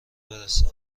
برسه